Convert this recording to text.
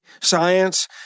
science